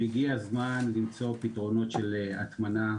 הגיע הזמן למצוא פתרונות של הטמנה.